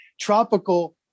tropical